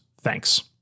thanks